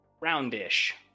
Roundish